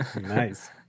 Nice